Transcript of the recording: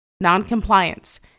noncompliance